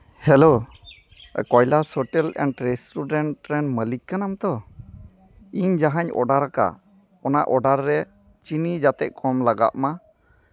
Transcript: hello Kailash hotel and restaurant ᱨᱮᱱ ᱢᱟᱹᱞᱤᱠ ᱠᱟᱱᱟᱢ ᱛᱚ ᱤᱧ ᱡᱟᱦᱟᱧ ᱚᱰᱟᱨ ᱠᱟᱜ ᱚᱱᱟ ᱚᱰᱟᱨ ᱨᱮ ᱪᱤᱱᱤ ᱡᱟᱛᱮ ᱠᱚᱢ ᱞᱟᱜᱟᱜ ᱢᱟ